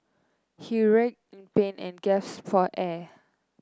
he writhed in pain and gasped for air